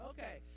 Okay